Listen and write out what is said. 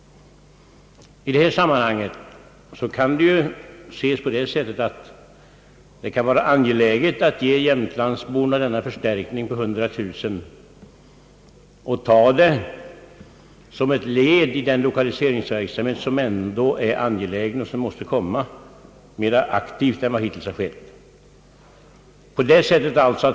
I detta sammanhang kan frågan ju ses på det sättet, att det kan vara angeläget att ge Jämtlandsborna denna förstärkning på 100000 kronor och betrakta den som ett led i den lokaliseringsverk samhet som ändå är så nödvändig och som måste bedrivas mera aktivt än som hittills har skett.